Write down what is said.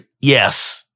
Yes